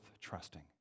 trusting